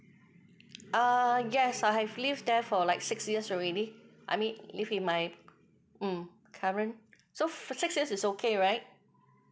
ah yes I've lived there for like six years already I mean live in my mm current so for six years is okay right